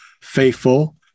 faithful